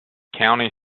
county